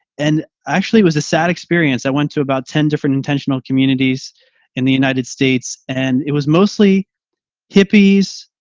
and actually, it was a sad experience. i went to about ten different intentional communities in the united states. and it was mostly hippies,